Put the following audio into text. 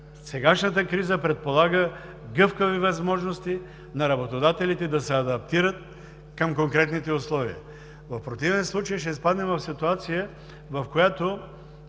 сегашната криза предполага гъвкави възможности на работодателите да се адаптират към конкретните условия, в противен случай ще изпаднем в ситуация, в която